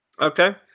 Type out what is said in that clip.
Okay